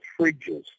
fridges